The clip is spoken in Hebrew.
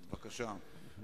בבקשה.